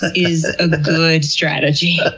is a good strategy?